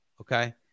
okay